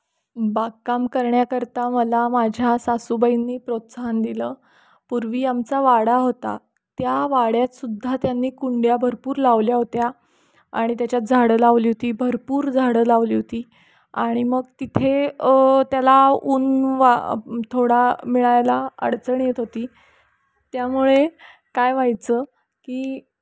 बागकाम करण्याकरता मला माझ्या सासूबाईंनी प्रोत्साहन दिलं पूर्वी आमचा वाडा होता त्या वाड्यातसुद्धा त्यांनी कुंड्या भरपूर लावल्या होत्या आणि त्याच्यात झाडं लावली होती भरपूर झाडं लावली होती आणि मग तिथे त्याला ऊन वा थोडा मिळायला अडचण येत होती त्यामुळे काय व्हायचं की